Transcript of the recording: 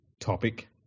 topic